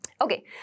okay